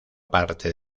parte